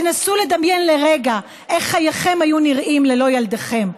תנסו לדמיין לרגע איך חייכם היו נראים ללא ילדיכם,